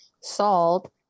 salt